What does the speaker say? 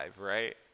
right